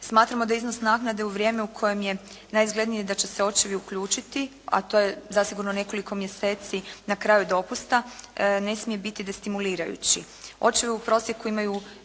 Smatramo da je iznos naknade u vrijeme u kojem je najizglednije da će se očevi uključiti, a to je zasigurno nekoliko mjeseci na kraju dopusta, ne smije biti destimulirajući.